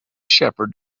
shepherd